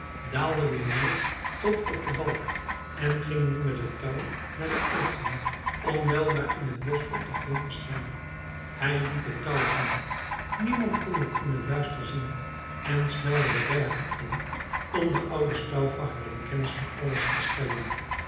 daalde weer neer tot op den balk en ging nu met het touw naar den uitgang om weldra in het bosch op den grond te staan hij liet het touw hangen niemand kon het in het duister zien en snelde de bergen in om den ouden stauffacher in kennis van alles te stellen